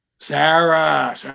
Sarah